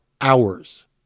hours